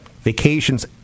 Vacations